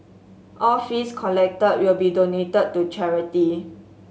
all fees collected will be donated to charity